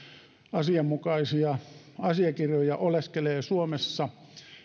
asianmukaisia asiakirjoja oleskelee suomessa